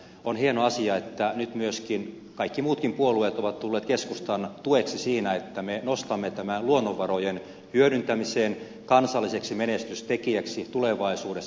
on hieno asia että nyt myös kaikki muutkin puolueet ovat tulleet keskustan tueksi siinä että me nostamme luonnonvarojen hyödyntämisen kansalliseksi menestystekijäksi tulevaisuudessa